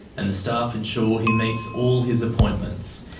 and the staff ensure he meets all his appointments.